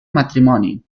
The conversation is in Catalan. matrimoni